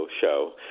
show